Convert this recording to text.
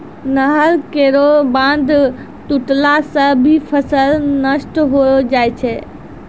नहर केरो बांध टुटला सें भी फसल नष्ट होय जाय छै